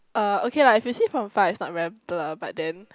uh okay lah if you see from far it's not very blur but then